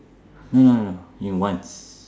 no no no only once